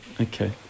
Okay